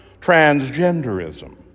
transgenderism